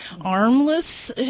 armless